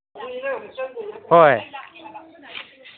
ꯍꯣꯏ